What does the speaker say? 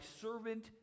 servant